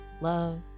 love